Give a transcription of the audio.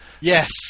Yes